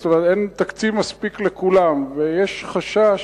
כלומר, אין תקציב מספיק לכולם, ויש חשש,